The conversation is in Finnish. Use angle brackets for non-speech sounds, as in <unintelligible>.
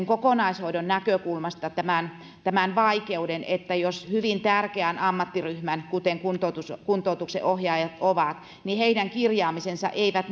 <unintelligible> kokonaishoidon näkökulmasta tämän tämän vaikeuden että jos hyvin tärkeän ammattiryhmän kuten kuntoutuksen ohjaajat ovat kirjaamiset eivät <unintelligible>